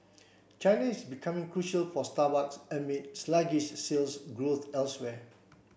China is becoming crucial for Starbucks amid sluggish sales growth elsewhere